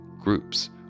Groups